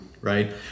right